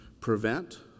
prevent